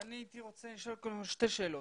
אני הייתי רוצה לשאול שתי שאלות.